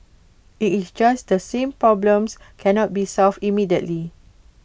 IT is just that some problems cannot be solved immediately